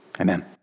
Amen